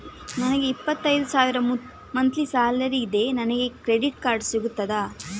ನನಗೆ ಇಪ್ಪತ್ತೈದು ಸಾವಿರ ಮಂತ್ಲಿ ಸಾಲರಿ ಇದೆ, ನನಗೆ ಕ್ರೆಡಿಟ್ ಕಾರ್ಡ್ ಸಿಗುತ್ತದಾ?